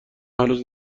هنوز